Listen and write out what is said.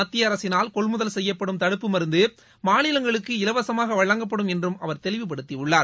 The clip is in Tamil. மத்திய அரசினால் கொள்முதல் செய்யப்படும் தடுப்பு மருந்து மாநிலங்களுக்கு இலவசமாக வழங்கப்படும் என்றும் அவர் தெளிவுபடுத்தியுள்ளார்